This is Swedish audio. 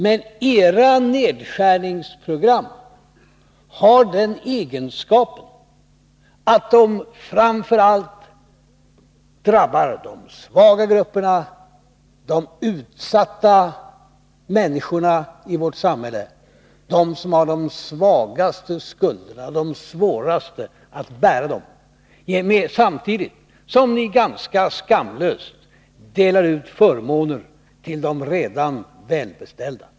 Men era nedskärningsprogram har den egenskapen att de drabbar framför allt de svaga grupperna, de utsatta människorna i vårt samhälle, de som har de svagaste skuldrorna och svårast ningspolitiska konsekvenserna av regeringens sparplaner att bära nedskärningarna. Samtidigt delar ni ganska skamlöst ut förmåner till de redan välbeställda.